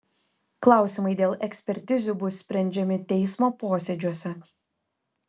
klausimai dėl ekspertizių bus sprendžiami teismo posėdžiuose